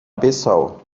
bissau